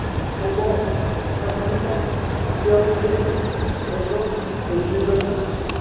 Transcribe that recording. ꯒ꯭ꯋꯥꯕ festival ꯌꯥꯎꯁꯦ festival